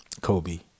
Kobe